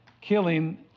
killing